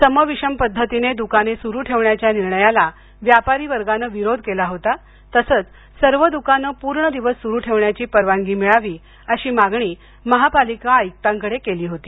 सम विषम पध्दतीने द्काने सुरू ठेवण्याच्या निर्णयाला व्यापारी वर्गानं विरोध केला होता तसंच सर्व दुकानं पूर्ण दिवस सुरू ठेवण्याची परवानगी मिळावी अशी मागणी महापालिका आयुक्कडे केली होती